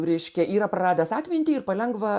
reiškia yra praradęs atmintį ir palengva